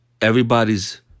Everybody's